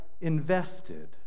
invested